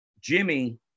Jimmy